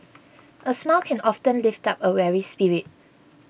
a smile can often lift up a weary spirit